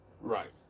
Right